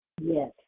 Yes